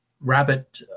rabbit